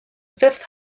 fifth